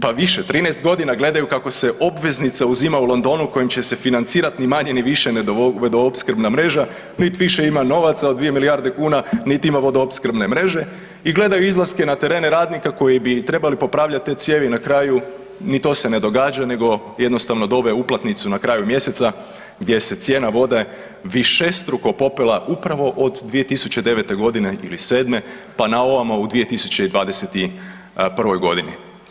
Pa više, 13 g. gledaju kako se obveznice uzimalo u Londonu i kojem će se financirati ni manje ni više nego vodoopskrbna mreža, ni više ima novaca od 2 milijarde kuna niti ima vodoopskrbne mreže i gledaju izlaske na terene radnika koji bi trebali popravljati te cijeni, na kraju ni to se ne događa nego jednostavno dobe uplatnicu na kraju mjeseca gdje se cijena vode višestruko popela upravo od 2009. ili 2007., pa na ovamo u 2021. godini.